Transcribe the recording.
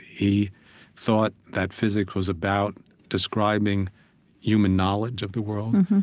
he thought that physics was about describing human knowledge of the world,